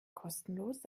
kostenlos